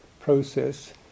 process